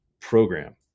program